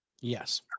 Yes